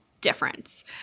difference